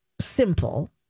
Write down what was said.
simple